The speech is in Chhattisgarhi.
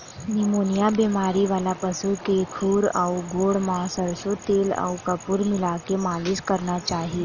निमोनिया बेमारी वाला पशु के खूर अउ गोड़ म सरसो तेल अउ कपूर मिलाके मालिस करना चाही